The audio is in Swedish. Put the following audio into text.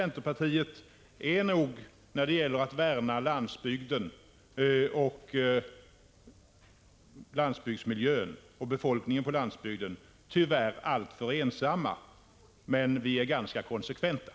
När det gäller att värna landsbygden och dess miljö och befolkning är nog vi i centerpartiet tyvärr alltför ensamma. Men vi är ganska konsekventa.